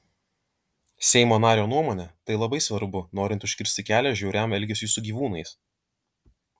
seimo nario nuomone tai labai svarbu norint užkirsti kelią žiauriam elgesiui su gyvūnais